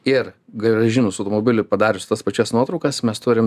ir grąžinus automobilį padarius tas pačias nuotraukas mes turim